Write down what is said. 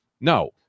no